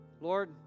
Lord